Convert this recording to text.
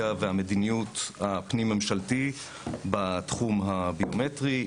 ומגבש המדיניות הפנים-ממשלתית בתחום הביומטרי.